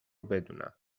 بدونم